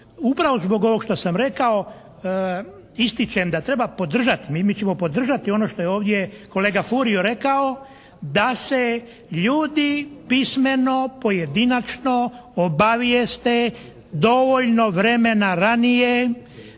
upravo zbog ovog što sam rekao ističem da treba podržati, mi ćemo podržati ono što je ovdje kolega Furio rekao da se ljudi pismeno pojedinačno obavijeste dovoljno vremena ranije